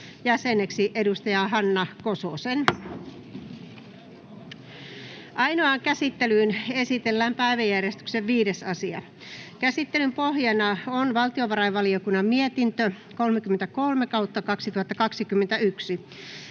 === RAW CONTENT === Ainoaan käsittelyyn esitellään päiväjärjestyksen 5. asia. Käsittelyn pohjana on valtiovarainvaliokunnan mietintö VaVM 33/2021